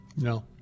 No